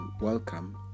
welcome